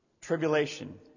tribulation